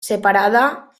separada